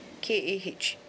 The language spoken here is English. K A H